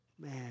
Man